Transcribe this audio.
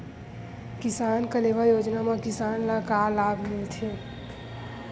किसान कलेवा योजना म किसान ल का लाभ मिलथे?